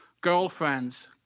girlfriends